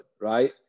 right